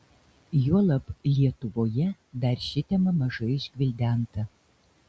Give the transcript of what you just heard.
juolab lietuvoje dar ši tema mažai išgvildenta